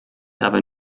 dabei